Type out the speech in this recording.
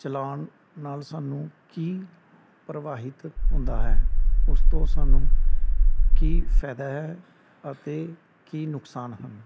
ਚਲਾਨ ਨਾਲ ਸਾਨੂੰ ਕੀ ਪ੍ਰਭਾਵਿਤ ਹੁੰਦਾ ਹੈ ਉਸ ਤੋਂ ਸਾਨੂੰ ਕੀ ਫਾਇਦਾ ਹੈ ਅਤੇ ਕੀ ਨੁਕਸਾਨ ਹਨ